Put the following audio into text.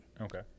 Okay